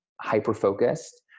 hyper-focused